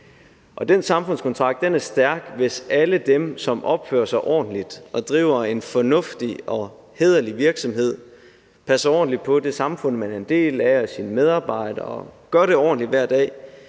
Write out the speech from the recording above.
Den samfundskontrakt er stærk, hvis alle dem, som opfører sig ordentligt og driver en fornuftig og hæderlig virksomhed og passer ordentligt på deres medarbejdere og på det samfund, de er en del af – gør det ordentligt hver dag